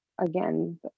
again